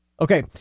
Okay